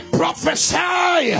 prophesy